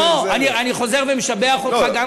אמרתי, אני חוזר ומשבח אותך.